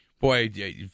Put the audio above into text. Boy